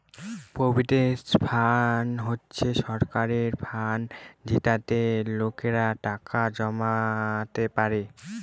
provident fund হচ্ছে সরকারের fund যেটাতে লোকেরা টাকা জমাতে পারে